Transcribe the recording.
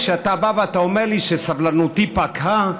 כשאתה בא ואתה אומר לי שסבלנותי פקעה,